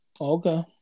Okay